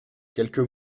quelques